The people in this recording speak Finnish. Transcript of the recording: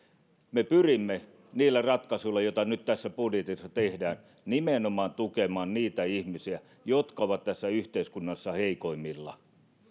me pyrimme niillä ratkaisuilla joita nyt tässä budjetissa tehdään nimenomaan tukemaan niitä ihmisiä jotka ovat tässä yhteiskunnassa heikoimmilla